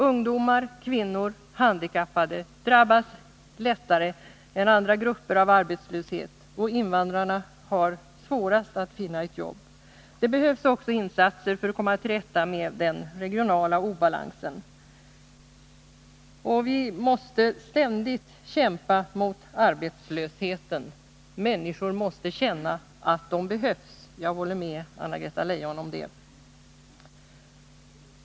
Ungdomar, kvinnor och handikappade drabbas lättare än andra grupper av arbetslöshet, och invandrarna har svårast att finna ett jobb. Det behövs också insatser för att komma till rätta med den regionala obalansen. Vi måste ständigt kämpa mot arbetslösheten. Människor måste känna att de behövs — jag håller med Anna-Greta Leijon om det.